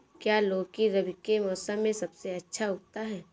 क्या लौकी रबी के मौसम में सबसे अच्छा उगता है?